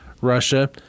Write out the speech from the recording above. Russia